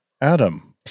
Adam